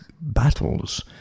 battles